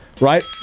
right